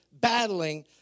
battling